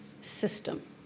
system